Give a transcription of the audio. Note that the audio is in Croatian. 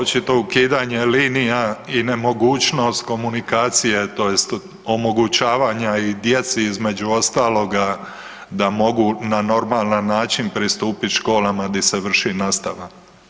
Pa očito ukidanje linija i nemogućnost komunikacije tj. omogućavanja i djeci između ostaloga da mogu na normalan način pristupiti školama di se vrši nastava.